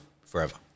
forever